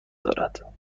دارد